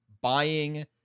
buying